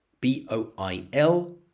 B-O-I-L